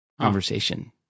conversation